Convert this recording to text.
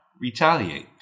retaliate